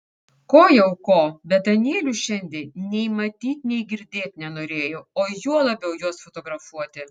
ko jau ko bet danielių šiandien nei matyt nei girdėt nenorėjau o juo labiau juos fotografuoti